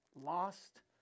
lost